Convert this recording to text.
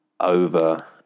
over